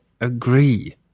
Agree